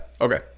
Okay